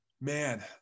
Man